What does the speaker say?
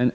En